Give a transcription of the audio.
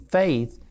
faith